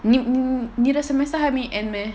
你你你的 semester 还没 end meh